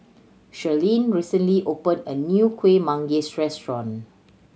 Shirleen recently opened a new Kueh Manggis restaurant